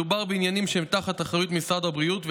מדובר בעניינים שהם תחת אחריות משרד הבריאות,